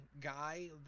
guy